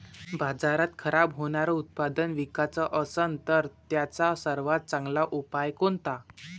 बाजारात खराब होनारं उत्पादन विकाच असन तर त्याचा सर्वात चांगला उपाव कोनता?